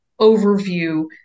overview